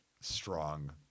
strong